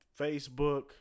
Facebook